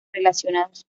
relacionados